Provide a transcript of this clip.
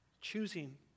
Choosing